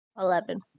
eleven